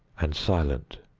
and silent,